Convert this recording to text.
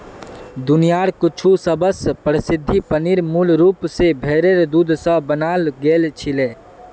दुनियार कुछु सबस प्रसिद्ध पनीर मूल रूप स भेरेर दूध स बनाल गेल छिले